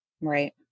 Right